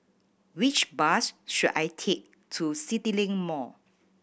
which bus should I take to CityLink Mall